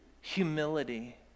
humility